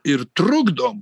ir trukdom